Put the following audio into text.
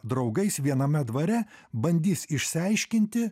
draugais viename dvare bandys išsiaiškinti